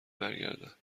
برگردد